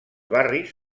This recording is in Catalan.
barris